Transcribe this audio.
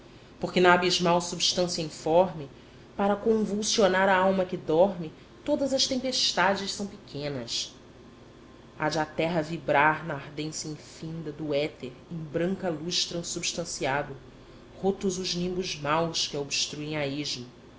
porque na abismal substância informe para convulsionar a alma que dorme todas as tempestades são pequenas há de a terra vibrar na ardência infinda do éter em branca luz transubstanciado rotos os nimbos maus que a obstruem a esmo